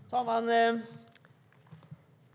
Herr talman!